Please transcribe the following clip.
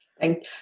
Thank